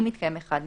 אם מתקיים אחד מאלה: